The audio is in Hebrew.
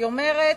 היא אומרת: